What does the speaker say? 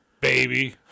baby